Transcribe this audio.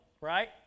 right